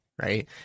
right